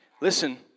listen